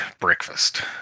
breakfast